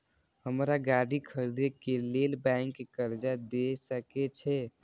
हमरा गाड़ी खरदे के लेल बैंक कर्जा देय सके छे?